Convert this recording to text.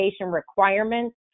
requirements